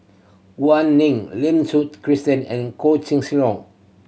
Gao Ning Lim Suchen Christine and Koh Leong